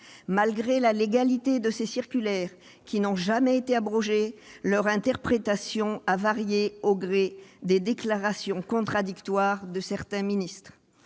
Malgré la légalité de ces circulaires qui n'ont jamais été abrogées, leur interprétation a varié au gré des déclarations contradictoires de certains ministres.